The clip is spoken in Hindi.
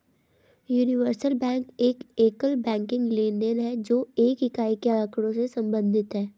यूनिवर्सल बैंक एक एकल बैंकिंग लेनदेन है, जो एक इकाई के आँकड़ों से संबंधित है